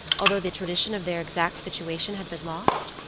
although the tradition of their exact situation had been lost?